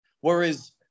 Whereas